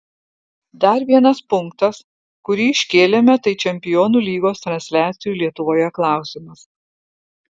dar vienas punktas kurį iškėlėme tai čempionų lygos transliacijų lietuvoje klausimas